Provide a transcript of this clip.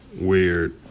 weird